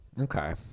Okay